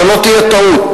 שלא תהיה טעות,